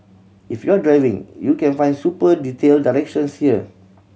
if you're driving you can find super detailed directions here